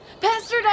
Pastor